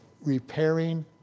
repairing